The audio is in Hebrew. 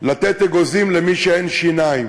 לתת אגוזים למי שאין שיניים,